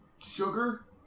Sugar